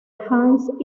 hans